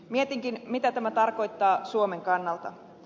mietinkin mitä tämä tarkoittaa suomen kannalta